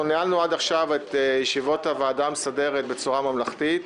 אנחנו ניהלנו עד עכשיו את ישיבות הוועדה המסדרת בצורה ממלכתית,